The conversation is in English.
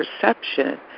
perception